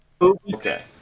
Okay